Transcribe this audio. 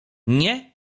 nie